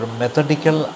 methodical